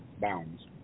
bounds